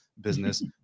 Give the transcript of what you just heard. business